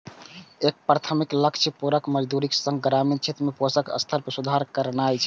एकर प्राथमिक लक्ष्य पूरक मजदूरीक संग ग्रामीण क्षेत्र में पोषण स्तर मे सुधार करनाय रहै